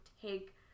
take